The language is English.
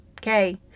Okay